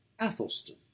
Athelstan